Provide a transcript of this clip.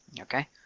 Okay